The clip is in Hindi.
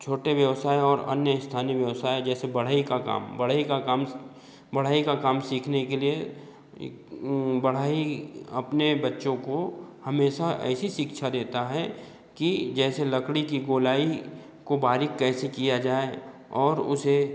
छोटे व्यवसाय और अन्य स्थानीय व्यवसाय जैसे बढ़ई का काम बढ़ई का काम बढ़ई का काम सीखने के लिए बढ़ई अपने बच्चों को हमेशा ऐसी शिक्षा देता है कि जैसे लकड़ी कि गोलाई को बारीक कैसे किया जाए और उसे